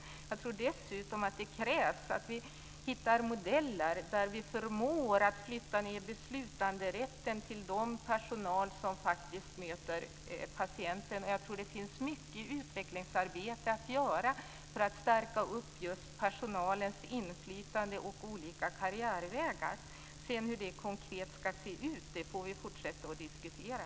Jag tror dessutom att det krävs att vi hittar modeller där vi förmår att flytta ned beslutanderätten till den personal som faktiskt möter patienterna. Jag tror att det finns mycket utvecklingsarbete att göra för att stärka just personalens inflytande och olika karriärvägar. Sedan hur det konkret ska se ut får vi fortsätta att diskutera.